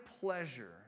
pleasure